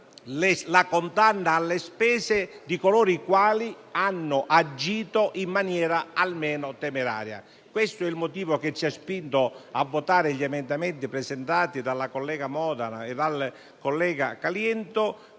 la condanna alle spese di coloro i quali hanno agito in maniera almeno temeraria. Questo è il motivo che ci ha spinto a votare gli emendamenti presentati dai colleghi Modena e Caliendo,